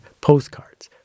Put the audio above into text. postcards